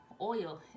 oil